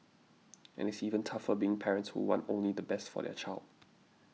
and it's even tougher being parents who want only the best for their child